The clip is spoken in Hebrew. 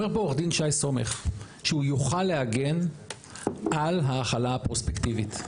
אומר פה עו"ד שי סומך שהוא יוכל להגן על ההחלה הפרוספקטיבית.